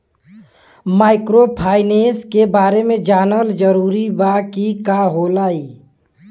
Microfinance के बारे में जानल जरूरी बा की का होला ई?